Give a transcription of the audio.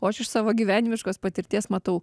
o aš iš savo gyvenimiškos patirties matau